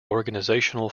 organizational